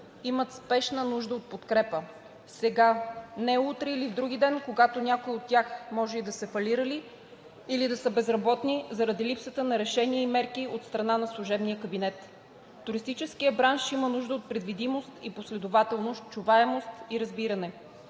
имат спешна нужда от подкрепа сега – не утре или в други ден, когато някои от тях може и да са фалирали, или да са безработни заради липсата на решения и мерки от страна на служебния кабинет. Туристическият бранш има нужда от предвидимост и последователност, чуваемост и разбиране.